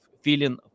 feeling